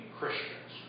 Christians